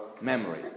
memory